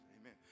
amen